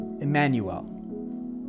Emmanuel